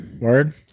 Word